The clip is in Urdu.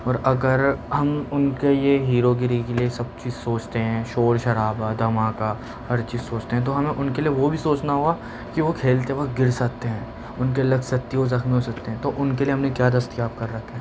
اور اگر ہم ان کے یہ ہیرو گیری کے لئے سب چیز سوچتے ہیں شور شرابا دھماکہ ہر چیز سوچتے ہیں تو ہمیں ان کے لئے وہ بھی سوچنا ہوگا کہ وہ کھیلتے وقت گر سکتے ہیں ان کے لگ سکتی ہے وہ زخمی ہو سکتے ہیں تو ان کے لئے ہم نے کیا دستیاب کر رکھا ہے